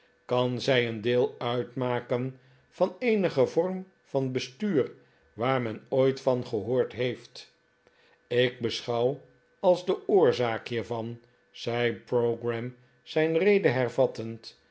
kan zij een deel uitmakea van eenigen vorm van bestuur waar men ooit van gehoord heeft ik beschouw als de oorzaak hiervan zei pogram zijn rede hervattend